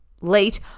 late